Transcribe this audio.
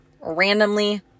randomly